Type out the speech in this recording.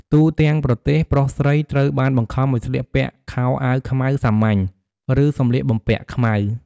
ទូទាំងប្រទេស ប្រុសស្រីត្រូវបានបង្ខំឱ្យស្លៀកពាក់ខោអាវខ្មៅសាមញ្ញ ឬ "សំលៀកបំពាក់ខ្មៅ"។